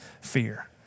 fear